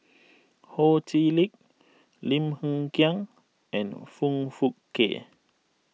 Ho Chee Lick Lim Hng Kiang and Foong Fook Kay